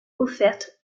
offerte